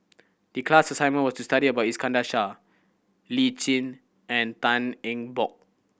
the class assignment was to study about Iskandar Shah Lee Tjin and Tan Eng Bock